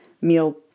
meal